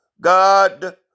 God